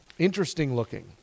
interesting-looking